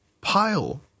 pile